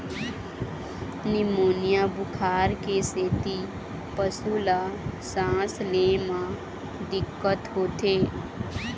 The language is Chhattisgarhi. निमोनिया बुखार के सेती पशु ल सांस ले म दिक्कत होथे